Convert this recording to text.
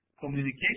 communication